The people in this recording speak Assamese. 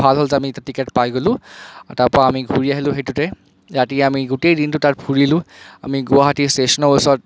ভাল হ'ল যে আমি এটা টিকেট পাই গ'লো তাৰ পৰা আমি ঘূৰি আহিলো সেইটোতে ৰাতি আমি গোটেই দিনটো তাত ফুৰিলো আমি গুৱাহাটী ষ্টেচনৰ ওচত